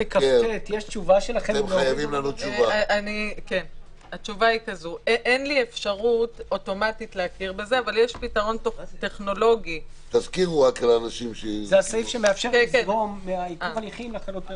יש חשש ממשי כי היחיד עושה שימוש לרעה בעיכוב ההליכים"